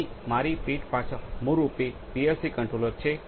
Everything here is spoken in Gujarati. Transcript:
તેથી મારી પીઠ પાછળ મૂળરૂપે પીએલસી કંટ્રોલર છે